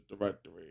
directory